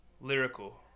Lyrical